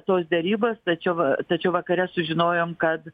tos derybos tačiau va tačiau vakare sužinojom kad